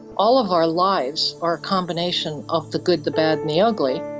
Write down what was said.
all of our lives are a combination of the good, the bad and the ugly,